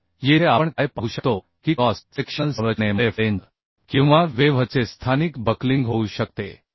तर येथे आपण काय पाहू शकतो की क्रॉस सेक्शनल संरचनेमुळे फ्लेंज किंवा वेव्हचे स्थानिक बक्लिंग होऊ शकते